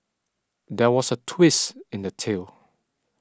there was a twist in the tale